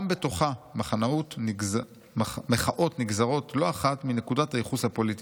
גם בתוכה מחאות נגזרות לא אחת מנקודת הייחוס הפוליטית.